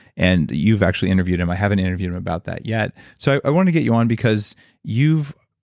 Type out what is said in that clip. and you've actually interviewed him. i haven't interviewed him about that yet so i wanted to get you on because you've.